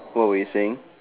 bro you were saying